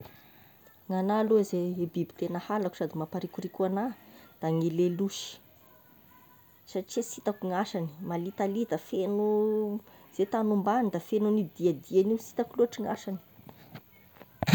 Gn'anahy aloha ny biby tegna halako sady mmpaharikoriko agnahy da ny lelosy, satria sy itako ny gn'asany malitalita feno zay tagny ombany da feno an'io diadiany io, sy hitako loatra gn'asany.